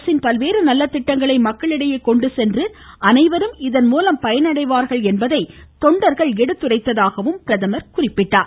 அரசின் பல்வேறு நல்ல திட்டங்களை மக்களிடையே கொண்டு சென்று அனைவரும் இதன்மூலம் பயனடைவார்கள் என்பதை தொண்டர்கள் எடுத்துரைத்ததாகவும் அவர் குறிப்பிட்டார்